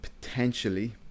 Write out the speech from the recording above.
potentially